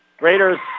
Raiders